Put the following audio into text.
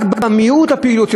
רק במיעוט הפעילות,